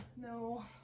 no